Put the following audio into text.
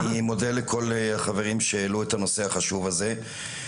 אני מודה לכל החברים שהעלו את הנושא החשוב הזה.